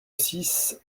six